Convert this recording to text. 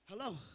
Hello